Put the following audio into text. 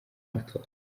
matora